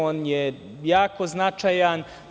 On je jako značajan.